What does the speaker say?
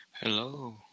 Hello